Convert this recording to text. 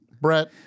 brett